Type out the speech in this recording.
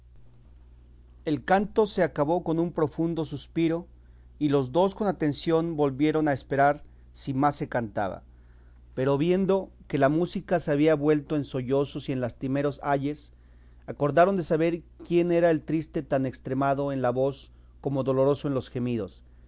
el canto se acabó con un profundo suspiro y los dos con atención volvieron a esperar si más se cantaba pero viendo que la música se había vuelto en sollozos y en lastimeros ayes acordaron de saber quién era el triste tan estremado en la voz como doloroso en los gemidos